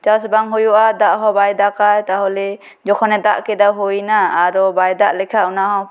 ᱪᱟᱥ ᱵᱟᱝ ᱦᱳᱭᱳᱜᱼᱟ ᱫᱟᱜ ᱦᱚᱸ ᱵᱟᱭ ᱫᱟᱜᱟᱭ ᱛᱟᱦᱚᱞᱮ ᱡᱚᱠᱷᱚᱱᱮ ᱫᱟᱜ ᱠᱮᱫᱟ ᱦᱳᱭ ᱮᱱᱟ ᱟᱨᱚ ᱵᱟᱭ ᱫᱟᱜ ᱞᱮᱠᱷᱟᱱ ᱚᱱᱟ ᱦᱚᱸ